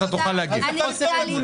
--- אני אסיים.